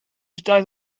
doedd